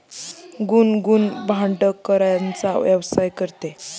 गुनगुन भाडेकराराचा व्यवसाय करते